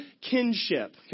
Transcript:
kinship